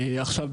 עכשיו,